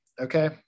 Okay